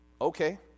Okay